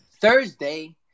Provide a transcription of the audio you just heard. Thursday